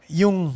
yung